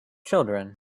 children